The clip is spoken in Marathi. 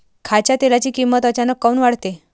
खाच्या तेलाची किमत अचानक काऊन वाढते?